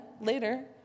later